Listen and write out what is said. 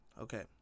Okay